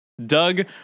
Doug